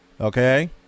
okay